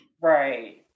right